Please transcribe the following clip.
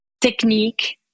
technique